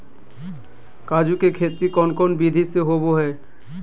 काजू के खेती कौन कौन विधि से होबो हय?